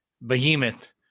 behemoth